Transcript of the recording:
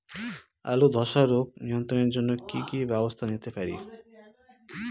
আলুর ধ্বসা রোগ নিয়ন্ত্রণের জন্য কি কি ব্যবস্থা নিতে পারি?